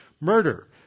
murder